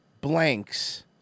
blanks